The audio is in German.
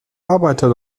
arbeiter